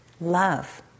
love